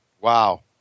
Wow